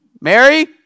Mary